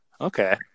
Okay